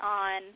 on